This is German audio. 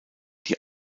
die